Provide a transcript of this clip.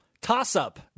Toss-up